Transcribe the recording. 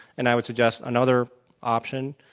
and i would suggest another option,